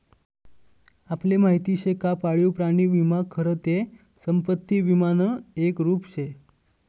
आपले माहिती शे का पाळीव प्राणी विमा खरं ते संपत्ती विमानं एक रुप शे